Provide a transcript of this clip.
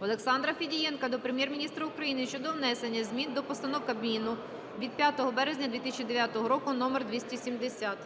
Олександра Федієнка до Прем'єр-міністра України щодо внесення змін до постанови Кабінету Міністрів України від 5 березня 2009 року № 270.